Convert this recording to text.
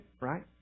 right